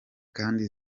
kandi